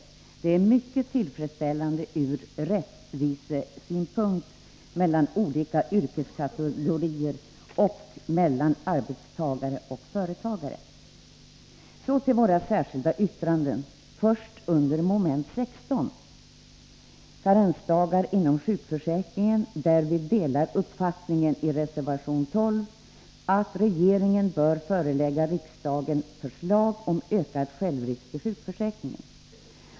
Detta är mycket tillfredsställande i fråga om rättvisa mellan olika yrkeskategorier och mellan arbetstagare och företagare. Så till våra särskilda yttranden, först under mom. 16, karensdagar inom sjukförsäkringen, där vi delar uppfattningen i reservation 12 att regeringen bör förelägga riksdagen förslag om ökad självrisk i sjukförsäkringen.